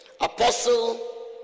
Apostle